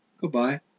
Goodbye